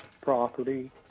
property